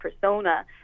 persona